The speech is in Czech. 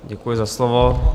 Děkuji za slovo.